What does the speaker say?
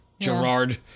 Gerard